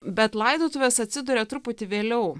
bet laidotuvės atsiduria truputį vėliau